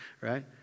right